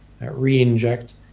re-inject